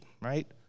right